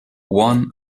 won